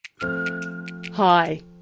Hi